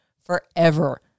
forever